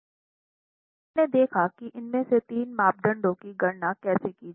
हमने देखा कि इनमें से तीन मापदंडों की गणना कैसे की जाती है